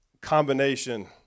combination